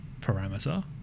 parameter